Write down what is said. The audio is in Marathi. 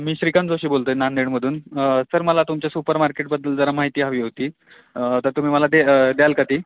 मी श्रीकांत जोशी बोलतो आहे नांदेडमधून सर मला तुमच्या सुपर मार्केटबद्दल जरा माहिती हवी होती तर तुम्ही मला ते द्यालं का ती